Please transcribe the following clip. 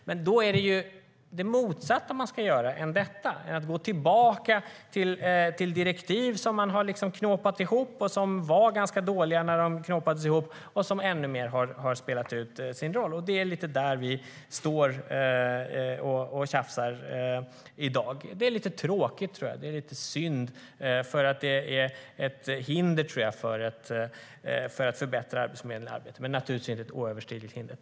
Men då ska det motsatta göras än att gå tillbaka till direktiv som var dåliga när de knåpades ihop och som ännu mer har spelat ut sin roll. Det är lite där vi står och tjafsar i dag. Det är lite tråkigt och synd eftersom det är ett hinder för att förbättra Arbetsförmedlingen, men det är naturligtvis inte ett oöverstigligt hinder.